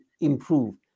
improve